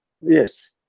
Yes